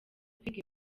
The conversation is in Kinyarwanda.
kwiga